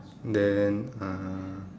then uh